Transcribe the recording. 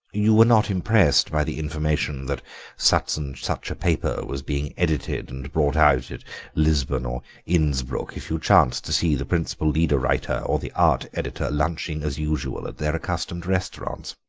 you were not impressed by the information that such and such a paper was being edited and brought out at lisbon or innsbruck if you chanced to see the principal leader-writer or the art editor lunching as usual at their accustomed restaurants.